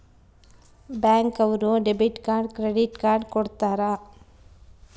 bank ಅವ್ರು debit card credit card ಕೊಡ್ತಾರ